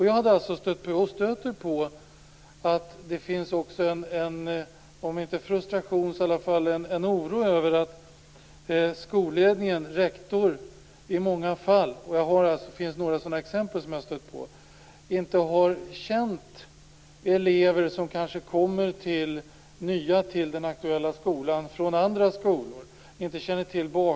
Jag har märkt att det även finns om inte frustration så i alla fall en oro över att skolledningen - rektor - i många fall inte har känt nya elever som kommer till den aktuella skolan från andra skolor. Jag har stött på några sådana exempel.